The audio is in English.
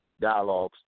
dialogues